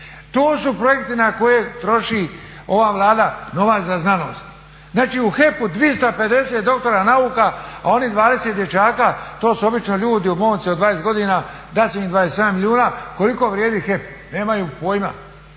To su projekti na koje troši ova Vlada novac za znanost. Znači u HEP-u 250 doktora nauka a oni 20 dječaka, to su obični ljudi, momci od 20 godina, dat će im 27 milijuna. Koliko vrijedi HEP nemaju pojma?